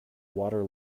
water